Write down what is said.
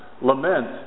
Lament